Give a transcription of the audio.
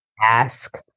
ask